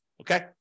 Okay